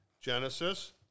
Genesis